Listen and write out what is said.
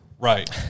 Right